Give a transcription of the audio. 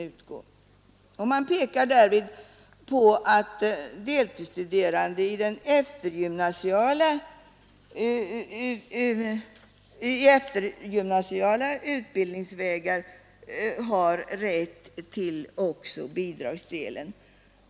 Reservanterna pekar därvid på att deltidsstuderande i eftergymnasiala utbildningsvägar har rätt också till bidragsdelen.